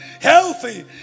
healthy